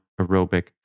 aerobic